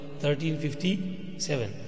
1357